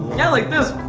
yeah! like this.